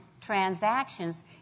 transactions